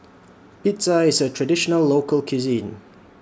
Pizza IS A Traditional Local Cuisine